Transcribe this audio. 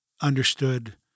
understood